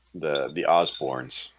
the the osbournes,